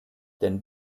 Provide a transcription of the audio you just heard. denn